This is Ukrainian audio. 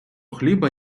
хліба